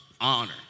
honor